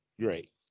Great